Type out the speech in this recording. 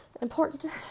important